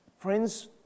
Friends